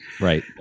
Right